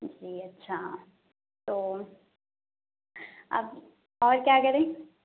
جی اچھا تو اب اور کیا کریں